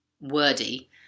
wordy